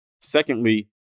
Secondly